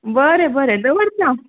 बरें बरें दवरता